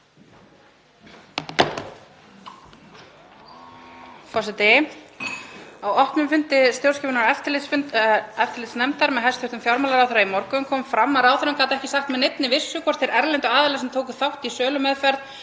Forseti. Á opnum fundi stjórnskipunar- og eftirlitsnefndar með hæstv. fjármálaráðherra í morgun kom fram að ráðherrann gat ekki sagt með neinni vissu hvort þeir erlendu aðilar sem tóku þátt í sölumeðferð